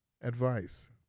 Advice